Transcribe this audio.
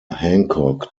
hancock